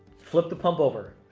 flip the pump over.